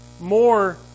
more